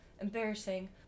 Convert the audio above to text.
embarrassing